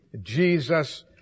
Jesus